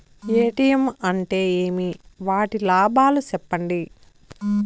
ATM అంటే ఏమి? వాటి లాభాలు సెప్పండి?